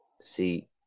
see